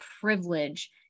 privilege